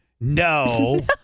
No